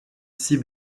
six